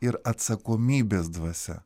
ir atsakomybės dvasia